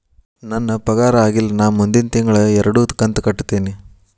ನನ್ನ ಪಗಾರ ಆಗಿಲ್ಲ ನಾ ಮುಂದಿನ ತಿಂಗಳ ಎರಡು ಕಂತ್ ಕಟ್ಟತೇನಿ